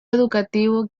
educativo